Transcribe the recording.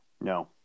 no